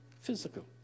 physical